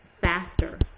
faster